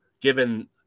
given